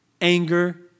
anger